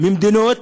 ממדינות